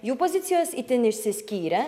jų pozicijos itin išsiskyrė